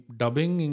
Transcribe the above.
dubbing